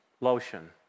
lotion